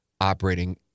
operating